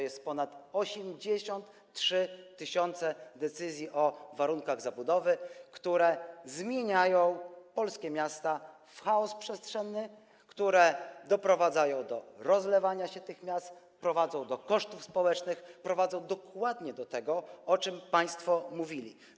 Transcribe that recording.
Jest ponad 83 tys. decyzji o warunkach zabudowy, które zmieniają polskie miasta w chaos przestrzenny, które doprowadzają do rozlewania się tych miast, prowadzą do kosztów społecznych, prowadzą dokładnie do tego, o czym państwo mówili.